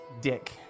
Dick